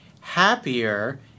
happier